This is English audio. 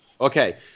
Okay